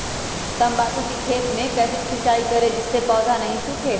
तम्बाकू के खेत मे कैसे सिंचाई करें जिस से पौधा नहीं सूखे?